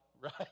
right